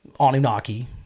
Anunnaki